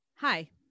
Hi